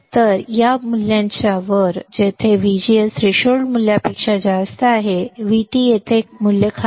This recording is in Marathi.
तर या मूल्याच्या वर जेथे VGS थ्रेशोल्ड मूल्यापेक्षा जास्त आहे VT येथे मूल्य खाली